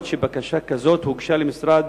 אף-על-פי שבקשה כזאת הוגשה למשרד